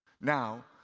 Now